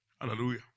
Hallelujah